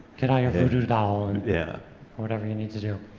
get out your voodoo doll and yeah whatever you need to do.